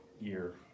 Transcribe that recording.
year